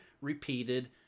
repeated